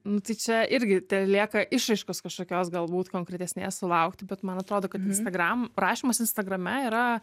nu tai čia irgi telieka išraiškos kažkokios galbūt konkretesnės sulaukti bet man atrodo kad instagram rašymas instagrame yra